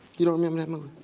you don't remember um